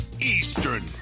Eastern